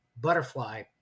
butterfly